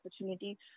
opportunity